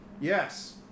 Yes